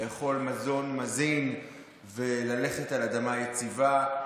לאכול מזון מזין וללכת על אדמה יציבה.